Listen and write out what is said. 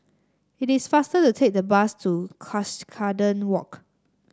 it is faster to take the bus to Cuscaden Walk